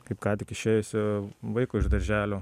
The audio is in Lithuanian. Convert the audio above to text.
kaip ką tik išėjusio vaiko iš darželio